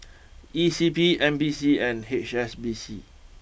E C P N P C and H S B C